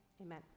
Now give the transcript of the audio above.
amen